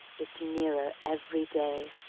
it's nearer every day,